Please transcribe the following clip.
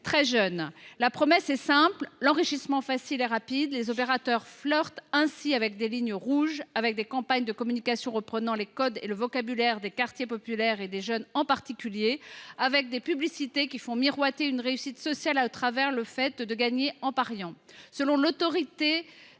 très jeune. La promesse est simple : l’enrichissement facile et rapide. Les opérateurs flirtent ainsi avec des lignes rouges, en menant des campagnes de communication qui reprennent les codes et le vocabulaire des quartiers populaires et des jeunes en particulier, en réalisant des publicités qui font miroiter une réussite sociale à travers le fait de gagner en pariant. Selon l’ANJ,